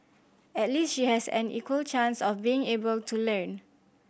at least she has an equal chance of being able to learn